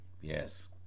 yes